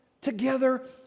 together